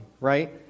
right